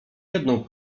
jedną